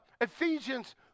Ephesians